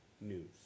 news